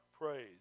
praise